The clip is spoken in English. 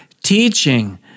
teaching